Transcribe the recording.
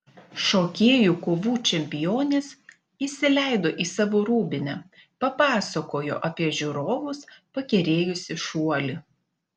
šokėjų kovų čempionės įsileido į savo rūbinę papasakojo apie žiūrovus pakerėjusį šuolį